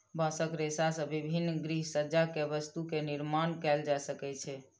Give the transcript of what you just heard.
बांसक रेशा से विभिन्न गृहसज्जा के वस्तु के निर्माण कएल जा सकै छै